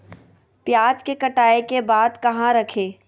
प्याज के कटाई के बाद कहा रखें?